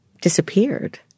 disappeared